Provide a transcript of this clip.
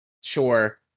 Sure